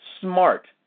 smart